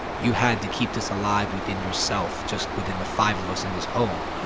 you had to keep this alive within yourself, just within the five of us in this home.